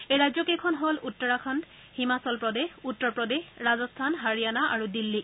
এই ৰাজ্যকেইখন হ'ল উত্তৰাখণ্ড হিমাচল প্ৰদেশ উত্তৰ প্ৰদেশ ৰাজস্থান হাৰিয়ানা আৰু দিল্লী